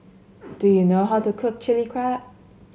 do you know how to cook Chilli Crab